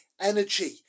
energy